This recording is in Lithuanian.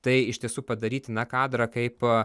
tai iš tiesų padaryti na kadrą kaip